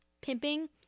pimping